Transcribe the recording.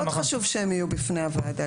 חשוב שהן יהיו בפני הוועדה.